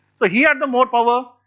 but he had the more power,